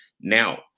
Now